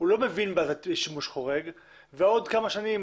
הוא לא מבין בשימוש חורג ובעוד כמה שנים,